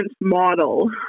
model